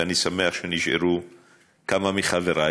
ואני שמח שנשארו כאן כמה מחבריי,